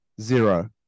zero